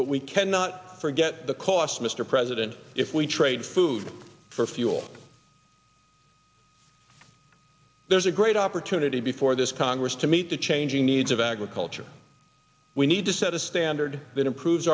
but we cannot forget the cost mr president if we trade food for fuel there is a great opportunity before this congress to meet the changing needs of agriculture we need to set a standard that improves